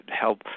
help